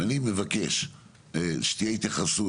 אני מבקש שתהיה התייחסות,